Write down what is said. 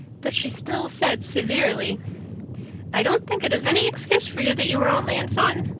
but she still said severely i don't think it is any excuse for you that you were only in fun.